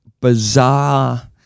bizarre